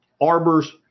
arbors